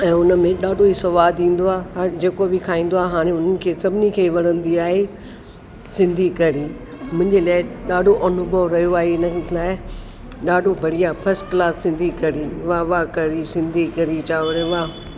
ऐं उन में ॾाढो ई सवादु ईंदो आहे हाणे जेको बि खाईंदो आहे हाणे उन्हनि खे सभिनी खे वणंदी आहे सिंधी कढ़ी मुंहिंजे लाइ ॾाढो अनुभव रहियो आहे इन लाइ ॾाढो बढ़िया फस्ट क्लास सिंधी कढ़ी वाह वाह कढ़ी सिंधी कढ़ी चांवर वाह